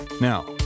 Now